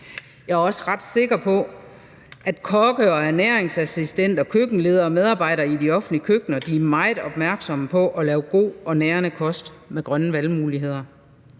Jeg er også ret sikker på, at kokke og ernæringsassistenter, køkkenledere og medarbejdere i de offentlige køkkener er meget opmærksomme på at lave god og nærende kost med grønne valgmuligheder.